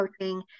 coaching